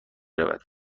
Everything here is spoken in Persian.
رود